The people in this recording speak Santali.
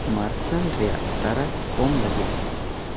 ᱢᱟᱨᱥᱟᱞ ᱨᱮᱭᱟᱜ ᱛᱟᱨᱟᱥ ᱠᱚᱢ ᱞᱟᱹᱜᱤᱫ